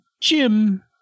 Jim